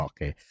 Okay